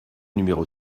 numéro